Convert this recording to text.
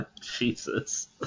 Jesus